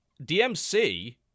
DMC